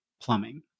plumbing